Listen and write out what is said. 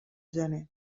gener